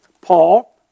Paul